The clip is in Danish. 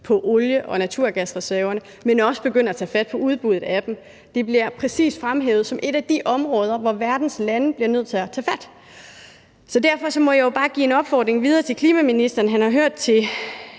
på olie- og naturgasreserverne, men også at begynde at tage fat på udbuddet af dem. Det bliver præcis fremhævet som et af de områder, hvor verdens lande bliver nødt til at tage fat. Derfor må jeg jo bare give en opfordring videre til klimaministeren, som han har hørt